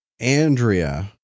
Andrea